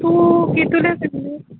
तूं कितुले सागलें